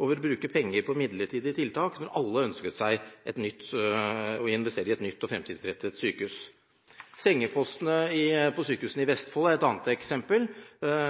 over å bruke penger på midlertidige tiltak når de alle ønsket å investere i et nytt og fremtidsrettet sykehus. Sengepostene på sykehuset i Vestfold er et annet eksempel,